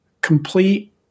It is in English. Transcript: complete